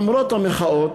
למרות המחאות,